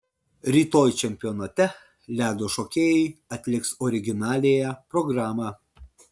rytoj čempionate ledo šokėjai atliks originaliąją programą